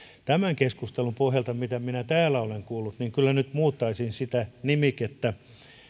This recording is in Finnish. tämän keskustelun pohjalta mitä minä täällä olen kuullut kyllä nyt muuttaisin sitä nimikettä